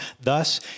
Thus